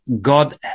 God